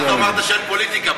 אז אמרת שאין פוליטיקה.